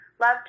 love